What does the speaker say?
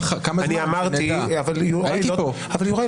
אני אמרתי, אבל יוראי,